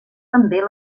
també